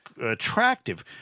attractive